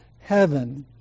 heaven